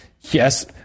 yes